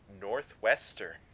Northwestern